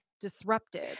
disrupted